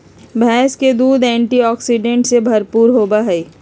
भैंस के दूध एंटीऑक्सीडेंट्स से भरपूर होबय हइ